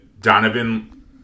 Donovan